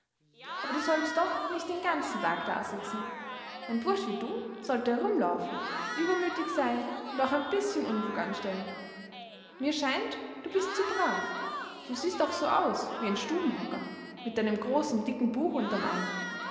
aber du solltest doch nicht den ganzen tag dasitzen ein bursch wie du sollte herumlaufen übermütig sein und auch ein bißchen unfug anstellen mir scheint du bist zu brav du siehst auch so aus wie ein stubenhocker mit deinem großen dicken buch unterm arm